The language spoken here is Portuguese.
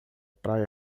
praia